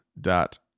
dot